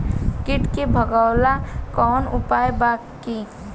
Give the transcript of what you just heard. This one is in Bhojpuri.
कीट के भगावेला कवनो उपाय बा की?